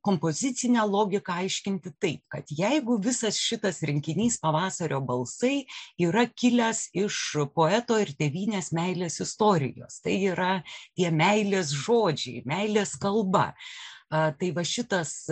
kompozicinę logiką aiškinti taip kad jeigu visas šitas rinkinys pavasario balsai yra kilęs iš poeto ir tėvynės meilės istorijos tai yra jo meilės žodžiai meilės kalba tai va šitas